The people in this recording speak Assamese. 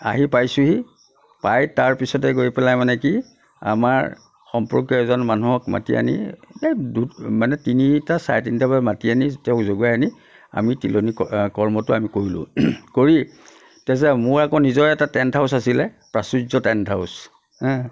আহি পাইছোঁহি পাই তাৰপিছতে গৈ পেলাই মানে কি আমাৰ সম্পৰ্কীয় এজন মানুহক মাতি আনি এ দু মানে তিনিটা চাৰে তিনটা বজাত মাতি আনি তেওঁক জগাই আনি আমি তিলনি ক কৰ্মটো আমি কৰিলোঁ কৰি তাৰপাছত মোৰ আকৌ নিজৰে এটা টেণ্ট হাউছ আছিলে প্ৰাচুৰ্য টেণ্ট হাউছ